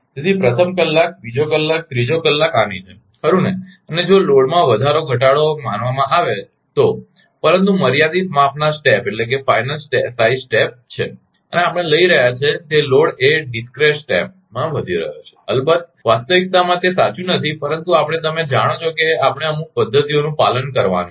તેથી પ્રથમ કલાક બીજો કલાક ત્રીજો કલાક આની જેમ ખરુ ને અને જો લોડ માં વધારો ઘટાડો માનવામાં આવે તો પરંતુ મર્યાદિત માપના સ્ટેપફાનાઇટ સાઇઝ સ્ટેપ છે અને આપણે લઈ રહ્યા છીએ કે તે લોડ એ ડિસ્ક્રેટ સ્ટેપમાં વધી રહ્યો છે અલબત્ત વાસ્તવિકતામાં તે સાચું નથી પરંતુ આપણે તમે જાણો છો કે આપણે અમુક પદ્ધતિઓનું પાલન કરવાનું છે